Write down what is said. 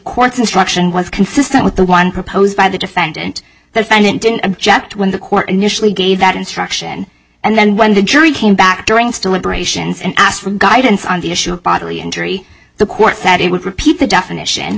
court's instruction was consistent with the one proposed by the defendant that i didn't didn't object when the court initially gave that instruction and then when the jury came back during still liberations and asked for guidance on the issue of bodily injury the court that it would repeat the definition